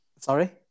Sorry